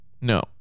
No